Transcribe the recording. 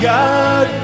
God